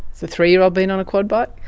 the three-year-old been on a quad but